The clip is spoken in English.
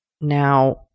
Now